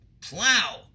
plow